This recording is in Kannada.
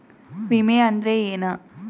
ವಿಮೆ ಅಂದ್ರೆ ಏನ?